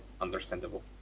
understandable